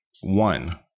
One